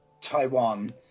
Taiwan